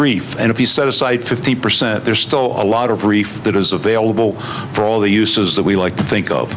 reef and if you set aside fifty percent there's still a lot of reef that is available for all the uses that we like to think of